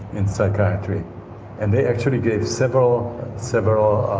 in psychiatry and they actually gave several several